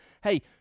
hey